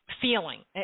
feeling